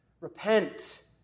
repent